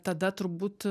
tada turbūt